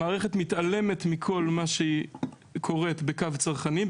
המערכת מתעלמת מכל מה שהיא קוראת בקו צרכני,